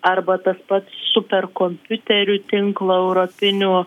arba tas pats superkompiuterių tinklo europinių